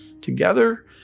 together